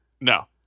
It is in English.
No